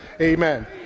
Amen